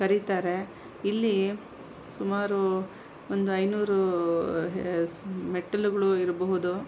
ಕರೀತಾರೆ ಇಲ್ಲಿ ಸುಮಾರು ಒಂದು ಐನೂರು ಮೆಟ್ಟಿಲುಗಳು ಇರಬಹುದು